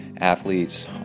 athletes